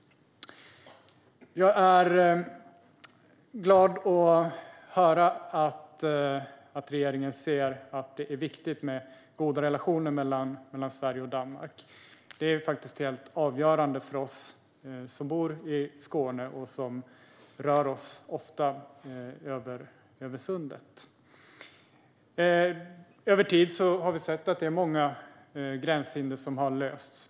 Jag är glad över att höra att regeringen ser att det är viktigt med goda relationer mellan Sverige och Danmark. Det är faktiskt helt avgörande för oss som bor i Skåne och som ofta rör oss över Sundet. Över tid har vi sett att det är många gränshinderfrågor som har lösts.